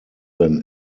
than